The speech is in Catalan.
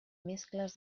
mescles